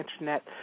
Internet